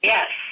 Yes